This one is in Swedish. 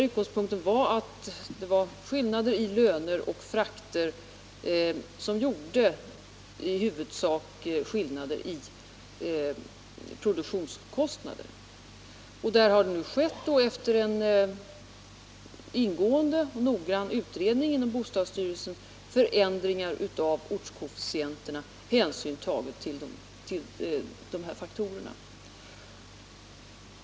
Utgångspunkten var att det i huvudsak var skillnader i löneoch fraktkostnaderna som åstadkom skillnader i produktionskostnaderna. Efter en ingående och noggrann utredning inom bostadsstyrelsen har ortskoefficienterna ändrats med hänsyn tagen till dessa faktorer.